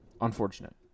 Unfortunate